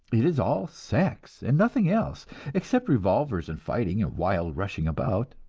it is all sex, and nothing else except revolvers and fighting, and wild rushing about.